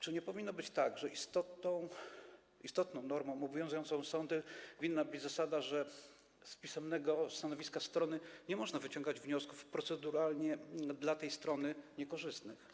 Czy nie powinno być tak, że istotną normą obowiązującą sądy winna być zasada, że na podstawie pisemnego stanowiska strony nie można wyciągać wniosków proceduralnie dla tej strony niekorzystnych?